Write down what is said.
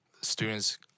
students